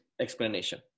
explanation